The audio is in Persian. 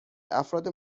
افراد